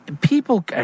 people